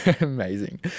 Amazing